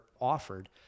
offered